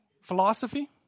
Philosophy